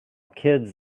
kids